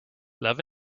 love